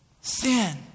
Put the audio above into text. Sin